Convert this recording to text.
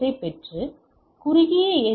எஸ்ஸைப் பெற்று குறுகிய என்